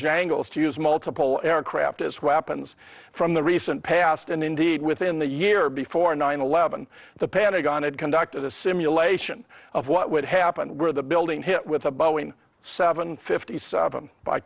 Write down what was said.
use multiple aircraft as weapons from the recent past and indeed within the year before nine eleven the pentagon had conducted a simulation of what would happen were the building hit with a boeing seven fifty seven by